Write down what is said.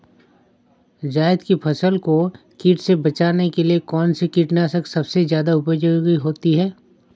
जायद की फसल को कीट से बचाने के लिए कौन से कीटनाशक सबसे ज्यादा उपयोगी होती है?